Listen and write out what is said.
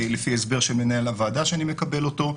לפי הסבר של מנהל הוועדה שאני מקבל אותו,